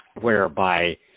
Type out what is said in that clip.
whereby